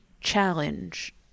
challenge